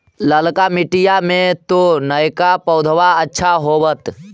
ललका मिटीया मे तो नयका पौधबा अच्छा होबत?